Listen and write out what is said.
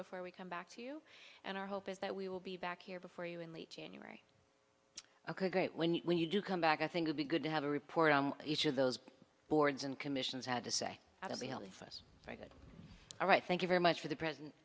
before we come back to you and our hope is that we will be back here before you in late january ok great when you when you do come back i think would be good to have a report on each of those boards and commissions had to say at the end of this all right thank you very much for the president